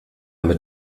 mit